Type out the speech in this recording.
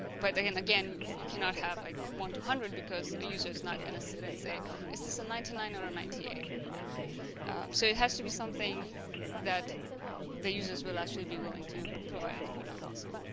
but then again you cannot have like one to a hundred because a user is not going to sit and say is this a ninety nine or a ninety eight you know so it has to be something that the users will actually be willing to provide input on also